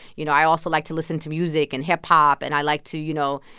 you know, i also like to listen to music and hip-hop. and i like to, you know,